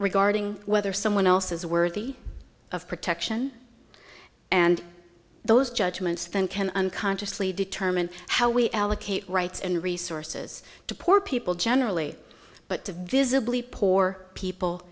regarding whether someone else is worthy of protection and those judgments then can unconsciously determine how we allocate rights and resources to poor people generally but to visibly poor people